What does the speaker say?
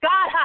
God